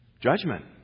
Judgment